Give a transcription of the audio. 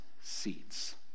seats